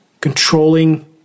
controlling